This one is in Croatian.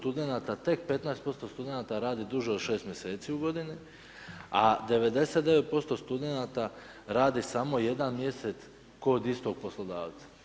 Tek 15% studenata radi duže od 6 mj. u godini a 99% studenata radi samo jedan mjesec kod istog poslodavca.